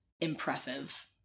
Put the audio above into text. impressive